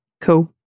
Cool